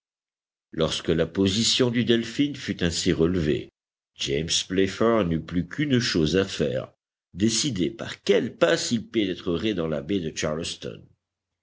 lorsque la position du delphin fut ainsi relevée james playfair n'eut plus qu'une chose à faire décider par quelle passe il pénétrerait dans la baie de charleston